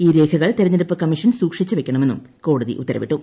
ഈ രേഖകൾ തെരഞ്ഞെടുപ്പ് കമ്മീഷൻ സൂക്ഷിച്ച് വയ്ക്കണമെന്നും കോടതി ഉത്തരവിട്ടു